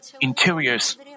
interiors